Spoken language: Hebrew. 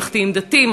הממלכתיים-דתיים,